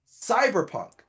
Cyberpunk